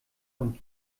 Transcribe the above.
und